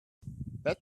that